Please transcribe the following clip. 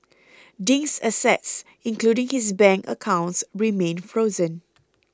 Ding's assets including his bank accounts remain frozen